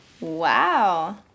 Wow